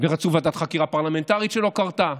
ורצו ועדת חקירה פרלמנטרית, שלא קרתה.